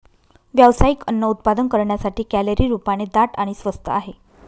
व्यावसायिक अन्न उत्पादन करण्यासाठी, कॅलरी रूपाने दाट आणि स्वस्त आहे